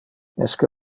esque